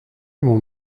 mon